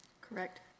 correct